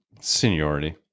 Seniority